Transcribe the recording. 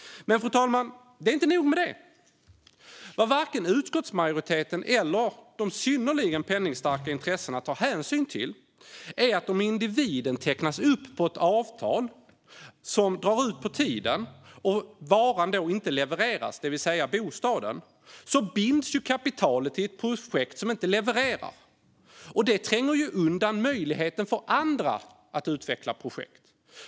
Men, fru talman, det är inte nog med det. Vad varken utskottsmajoriteten eller de synnerligen penningstarka intressena tar hänsyn till är att om en individ knyts upp i ett avtal som drar ut på tiden och där varan, alltså bostaden, inte levereras, binds kapitalet i ett projekt som inte levererar. Detta tränger ju undan möjligheten för andra att utveckla projekt.